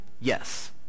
Yes